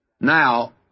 Now